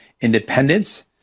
independence